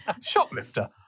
shoplifter